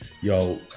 yo